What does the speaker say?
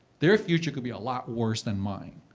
their future could be a lot worse than mine.